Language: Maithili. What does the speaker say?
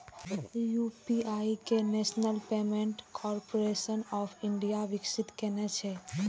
यू.पी.आई कें national payments corporation of India विकसित केने छै